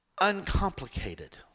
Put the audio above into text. uncomplicated